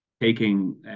taking